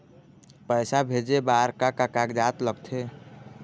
पैसा भेजे बार का का कागजात लगथे?